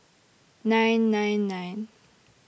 nine nine nine